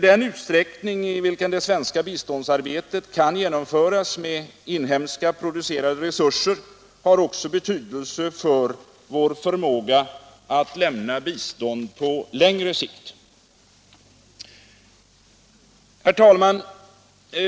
Den utsträckning, i vilken det svenska biståndsarbetet kan genomföras med inhemskt producerade resurser, har också betydelse för vår förmåga att lämna bistånd på längre sikt. Herr talman!